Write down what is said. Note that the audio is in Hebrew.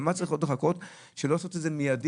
למה צריך עוד לחכות בשביל לא לעשות את זה מיידית?